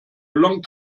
long